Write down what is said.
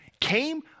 came